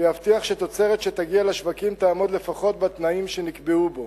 ויבטיח שתוצרת שתגיע לשווקים תעמוד לפחות בתנאים שנקבעו בו.